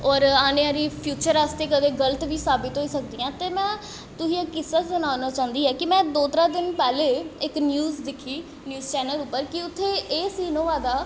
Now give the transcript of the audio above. होर औने आह्ले फ्यूचर आस्तै कदै गल्त बी साबित होई सकदियां ते में तुसें गी इक किस्सा सनाना चांह्दी ऐ कि में दो त्रै दिन पैह्लें इक न्यूज दिक्खी न्यूज चैनल उप्पर कि उत्थै एह् सीन होआ दा